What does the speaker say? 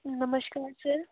नमस्कार सर